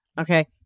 Okay